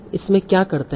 इसमें क्या करते है